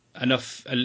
enough